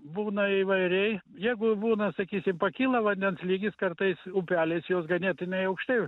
būna įvairiai jeigu būna sakysim pakyla vandens lygis kartais upeliais jos ganėtinai aukštai